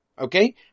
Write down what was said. Okay